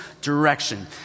direction